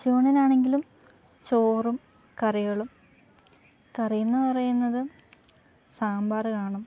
ഉച്ചയൂണിന് ആണെങ്കിലും ചോറും കറികളും കറി എന്ന് പറയുന്നത് സാമ്പാർ കാണും